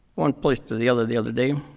one place to the other the other day,